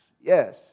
yes